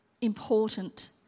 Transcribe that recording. important